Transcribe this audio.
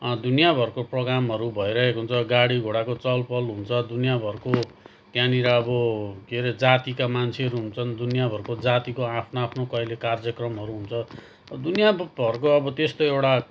दुनियाँभरको प्रोगामहरू भइरहेको हुन्छ गाडी घोडाको चहल पहल हुन्छ दुनियाँभरको त्यहाँनिर अब के हरे जातिका मान्छेहरू हुन्छन् दुनियाँभरको जातिको आफ्नो आफ्नो कहिले कार्यक्रमहरू हुन्छ दुनियाँभरको अब त्यस्तो एउटा